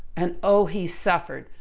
and oh he suffered,